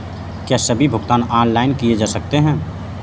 क्या सभी भुगतान ऑनलाइन किए जा सकते हैं?